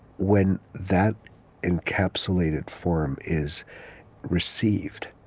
when that encapsulated form is received,